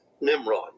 Nimrod